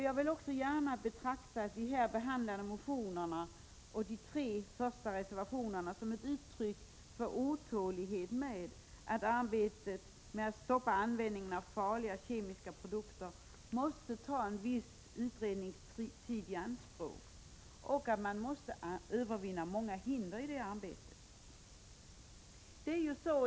Jag vill också gärna betrakta de här behandlade motionerna och de tre första reservationerna som ett uttryck för otålighet över att arbetet med att stoppa användningen av farliga kemiska produkter måste ta en viss utredningstid i anspråk och att många hinder i det arbetet måste övervinnas.